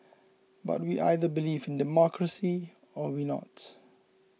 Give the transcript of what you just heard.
but we either believe in democracy or we not